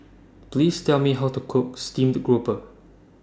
Please Tell Me How to Cook Steamed Grouper